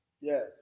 Yes